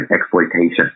exploitation